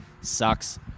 Sucks